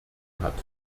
hat